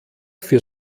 für